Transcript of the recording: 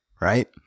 right